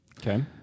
Okay